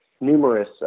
numerous